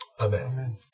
Amen